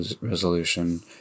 resolution